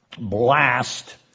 blast